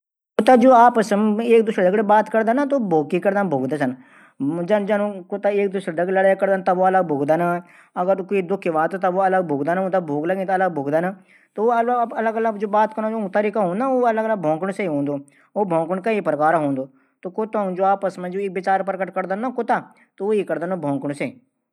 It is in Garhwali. कुत्ता जू आपस मा जू एक दूशरा दगड बात करदा न त भौंकी कर दन। ऊंक भौकण भी अलग अलग हूंद जब लडै कर दन तब अलग भोंकद ना अगर दुखी छन त अलग भौंकदन। भूख लगीं द अलग भौकदन। ऊंक बात कनौ तरीक जू हूदू ऊ भोंकुण से हूंद।